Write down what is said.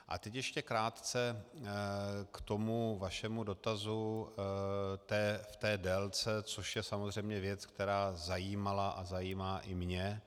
A teď ještě krátce k tomu vašemu dotazu v té délce, což je samozřejmě věc, která zajímala a zajímá i mě.